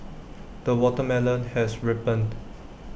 the watermelon has ripened